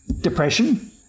depression